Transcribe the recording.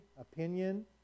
opinion